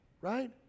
right